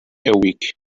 week